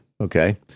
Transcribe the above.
Okay